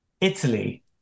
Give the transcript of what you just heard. Italy